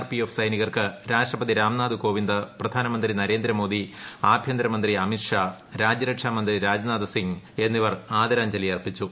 പ്പിക്ക്ഫ് സൈനികർക്ക് രാഷ്ട്രപതി രാംനാഥ് കോവീന്ദ് പ്രധാനമന്ത്രി നരേന്ദ്രമോദി ആഭ്യന്തരമന്ത്രി അമിത് ഷാ രാജ്യരക്ഷാ മന്ത്രി രാജ്നാഥ് സിംഗ് എന്നിവർ ആദരാഞ്ജലി അർപ്പിച്ചു